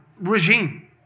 regime